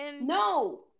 No